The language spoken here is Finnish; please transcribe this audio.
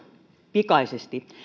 pikaisesti